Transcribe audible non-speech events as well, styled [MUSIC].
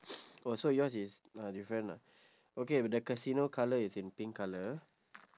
[NOISE] oh so yours is uh different lah okay the casino colour is in pink colour